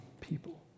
people